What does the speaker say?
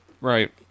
Right